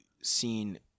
seen